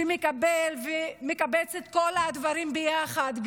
שמקבל ומקבץ את כל הדברים ביחד,